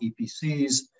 EPCs